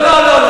לא, לא.